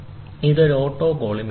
ഇതൊരു ഓട്ടോകോളിമേറ്ററാണ്